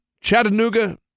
Chattanooga